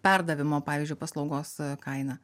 perdavimo pavyzdžiui paslaugos kaina